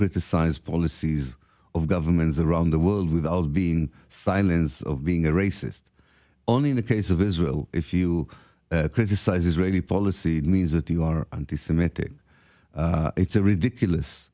criticize policies of governments around the world without being silence of being a racist only in the case of israel if you criticize israeli policy it means that you are anti semitic it's a ridiculous